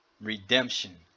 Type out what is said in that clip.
Redemption